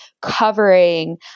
covering